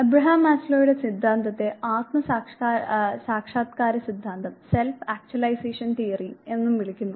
Abraham മസ്ലോയുടെ സിദ്ധാന്തത്തെ ആത്മ സാക്ഷാത്കാര സിദ്ധാന്തം എന്നും വിളിക്കുന്നു